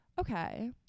okay